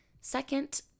Second